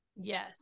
Yes